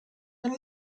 and